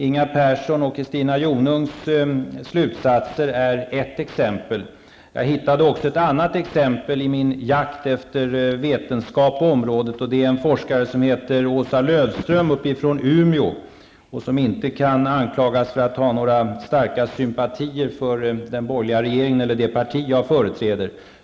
Inga Perssons och Christina Jonungs slutsatser är ett exempel. Jag hittade också ett annat exempel i min jakt efter vetenskap på området. Det är en forskare från Umeå som heter Åsa Löfström och som inte kan anklagas för att ha särskilt starka sympatier för den borgerliga regeringen eller för det parti jag företräder.